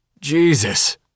Jesus